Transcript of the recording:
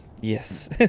Yes